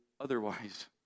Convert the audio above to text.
otherwise